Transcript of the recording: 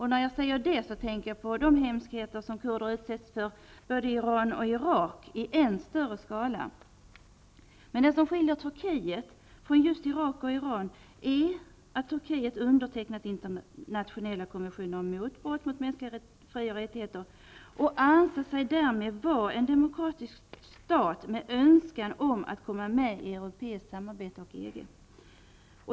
När jag säger detta tänker jag på de hemskheter i än större skala vilka kurder utsätts för både i Iran och i Irak. Det som skiljer Turkiet från just Irak och Iran är att Turkiet har undertecknat internationella konventioner om skydd för mänskliga fri och rättigheter. Därmed anser sig Turkiet vara en demokratisk stat med önskan om att komma med i ett europeiskt samarbete och i EG.